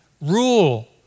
rule